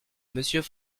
monsieur